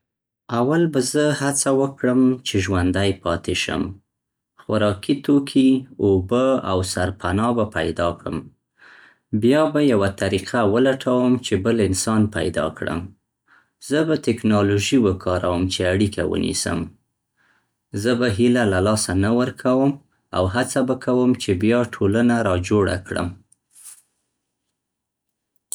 اول به زه هڅه وکړم چې ژوندی پاتې شم. خوراکي توکي، اوبه او سرپناه به پیدا کړم. بیا به یوه طریقه ولټوم چې بل انسان پیدا کړم. زه به تکنالوژي وکاروم چې اړیکه ونیسم. زه به هیله له لاسه نه ورکوم او هڅه به کوم چې بیا ټولنه را جوړه کړم.